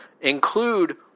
Include